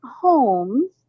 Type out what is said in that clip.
homes